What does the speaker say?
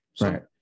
Right